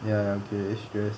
ya okay stress